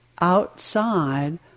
outside